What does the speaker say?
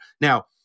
now